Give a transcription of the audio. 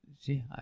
See